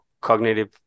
cognitive